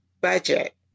budget